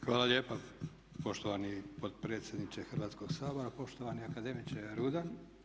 Hvala lijepa poštovani potpredsjedniče Hrvatskoga sabora, poštovani akademiče Rudan.